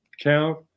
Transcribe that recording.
count